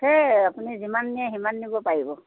সেই আপুনি যিমান নিয়ে সিমান নিব পাৰিব